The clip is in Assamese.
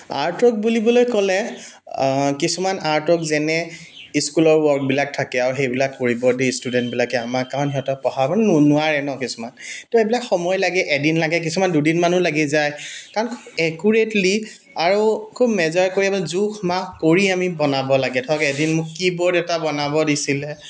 আৰ্টৱৰ্ক বুলিবলৈ ক'লে কিছুমান আৰ্টৱৰ্ক যেনে স্কুলৰ ৱৰ্কবিলাক থাকে আৰু সেইবিলাক কৰিব দি ষ্টুডেণ্টবিলাকে আমাক কাৰণ সিহঁতে নোৱাৰে ন কিছুমান তো সেইবিলাক সময় লাগে এদিন লাগে কিছুমান দুদিনমানো লাগি যায় কাৰণ একুৰেটলি আৰু খুব মেজাৰ কৰি জোখ মাখ কৰি আমি বনাব লাগে ধৰক এদিন মোক কী বোৰ্ড এটা বনাব দিছিলে